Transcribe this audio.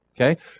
okay